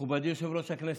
מכובדי יושב-ראש הכנסת,